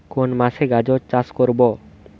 কোন মাসে গাজর চাষ করব?